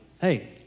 Hey